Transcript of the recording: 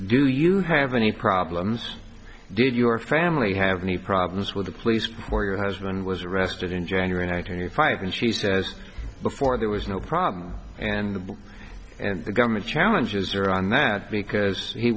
do you have any problems did your family have any problems with the police or your husband was arrested in january one hundred five and she says before there was no problem and the book and the government challenges are on that because he